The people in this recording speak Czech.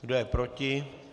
Kdo je proti?